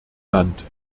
land